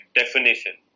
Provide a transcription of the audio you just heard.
definition